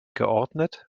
geordnet